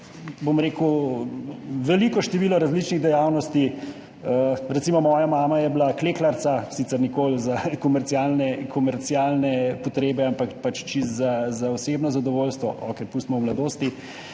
je še veliko število različnih dejavnosti, recimo moja mama je bila klekljarica, sicer nikoli za komercialne potrebe, ampak pač čisto za osebno zadovoljstvo, okej, pustimo to o mladosti,